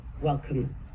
Welcome